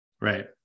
Right